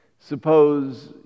Suppose